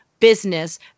business